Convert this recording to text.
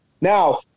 Now